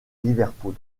liverpool